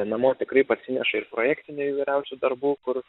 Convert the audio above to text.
namo tikrai parsineša ir projektinių įvairiausių darbų kur